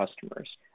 customers